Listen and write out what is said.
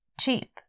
cheap